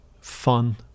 fun